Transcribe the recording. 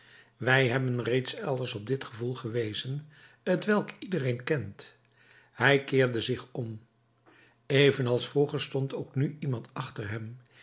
wij hebben reeds elders op dit gevoel gewezen t welk iedereen kent hij keerde zich om evenals vroeger stond ook nu iemand achter hem